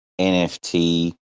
NFT